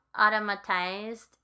automatized